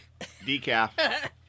Decaf